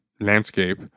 landscape